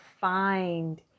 find